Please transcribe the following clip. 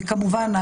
וכמובן,